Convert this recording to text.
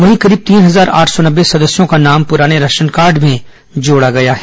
वहीं करीब तीन हजार आठ सौ नब्बे सदस्यों का नाम पुराने राशन कार्ड में जोड़ा गया है